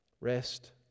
Rest